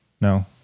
No